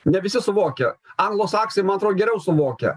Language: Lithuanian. ne visi suvokia anglosaksai man atro geriau suvokia